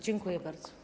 Dziękuję bardzo.